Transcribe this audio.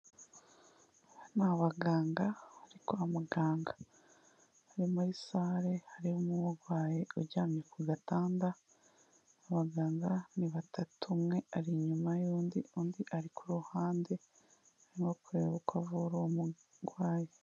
Ni abaganga bari kwa muganga, bari muri sale harimo umurwayi uryamye ku gatanda, abaganga ni batatu, umwe ari inyuma y'undi, undi ari ku ruhande, arimo kureba uko avura uwo murwayi.